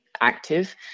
active